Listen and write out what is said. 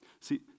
See